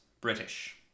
British